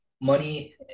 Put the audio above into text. money